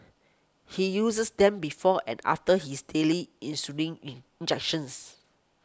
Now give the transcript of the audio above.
he uses them before and after his daily insulin in injections